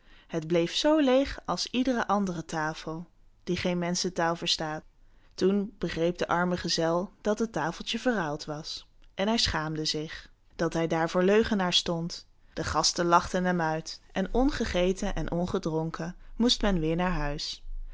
het bleef zoo leeg als iedere andere tafel die geen menschentaal verstaat toen begreep de arme gezel dat het tafeltje verruild was en hij schaamde zich dat hij daar voor leugenaar stond de gasten lachten hem uit en ongegeten en ongedronken moest men weêr naar huis